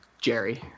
Jerry